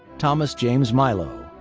thomas james milo.